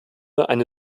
eine